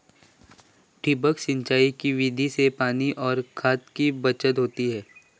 ठिबक सिंचाई की विधि से पानी और खाद की बचत होती है